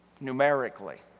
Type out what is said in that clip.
numerically